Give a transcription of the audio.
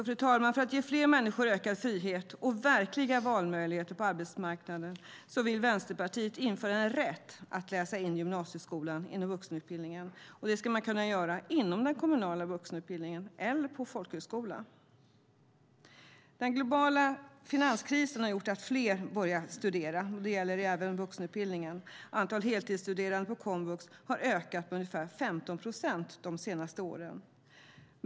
För att ge fler människor ökad frihet och verkliga valmöjligheter på arbetsmarknaden vill Vänsterpartiet införa en rätt att läsa in gymnasieskolan inom vuxenutbildningen. Det ska man kunna göra inom den kommunala vuxenutbildningen eller på folkhögskola. Den globala finanskrisen har gjort att fler har börjat studera. Det gäller även vuxenutbildningen. Antalet heltidsstuderande på komvux har ökat med ungefär 15 procent de senaste åren.